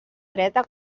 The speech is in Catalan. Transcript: dreta